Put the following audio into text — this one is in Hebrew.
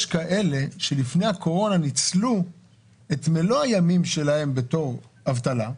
יש כאלה שלפני הקורונה ניצלו את מלוא הימים שלהם בתור אבטלה,